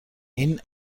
این